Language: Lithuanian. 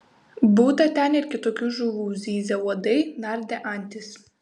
būta ten ir kitokių žuvų zyzė uodai nardė antys